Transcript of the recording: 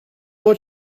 will